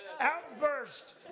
Outburst